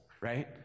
right